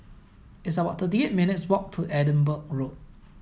it's about thirty eight minutes' walk to Edinburgh Road